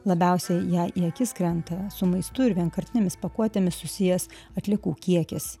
labiausiai jai į akis krenta su maistu ir vienkartinėmis pakuotėmis susijęs atliekų kiekis